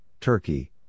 Turkey